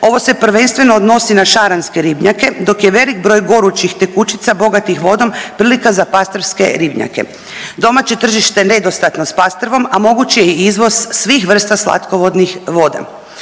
Ovo se prvenstveno odnosi na šaranske ribnjake dok je velik broj gorućih tekućica bogatih vodom prilika za pastrvske ribnjake. Domaće tržište nedostatno je s pastvom, a moguć je i izvoz svih vrsta slatkovodnih voda.